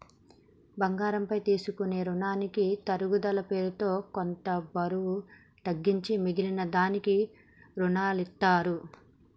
బంగారం పైన తీసుకునే రునాలకి తరుగుదల పేరుతో కొంత బరువు తగ్గించి మిగిలిన దానికి రునాలనిత్తారు